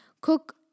Cook